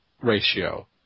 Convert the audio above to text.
ratio